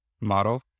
model